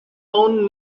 won